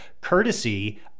courtesy